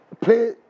play